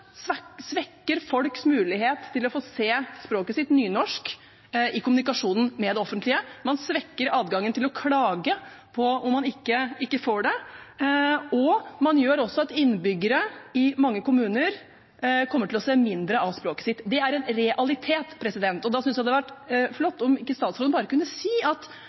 svekker folks mulighet til å få se språket sitt, nynorsk, i kommunikasjonen med det offentlige. Man svekker adgangen til å klage dersom man ikke får det, og man gjør også at innbyggere i mange kommuner kommer til å se mindre av språket sitt. Det er en realitet, og da synes jeg det hadde vært flott om statsråden bare kunne si at